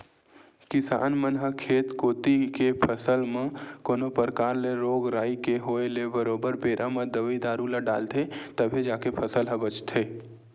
किसान मन ह खेत कोती के फसल म कोनो परकार ले रोग राई के होय ले बरोबर बेरा म दवई दारू ल डालथे तभे जाके फसल ह बचथे